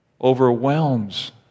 overwhelms